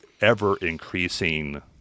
ever-increasing